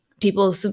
people